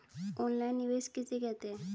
Online निवेश किसे कहते हैं?